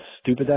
stupid